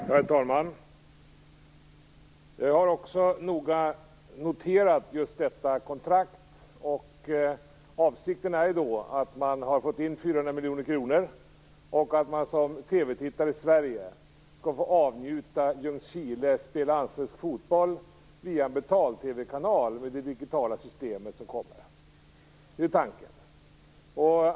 Herr talman! Jag har också noga noterat just detta kontrakt. Man har fått in 400 miljoner kronor, och avsikten är att man som TV-tittare i Sverige skall få avnjuta att se Ljungkile spela allsvensk fotboll via en betal-TV-kanal med det digitala systemet. Det är tanken.